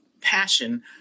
passion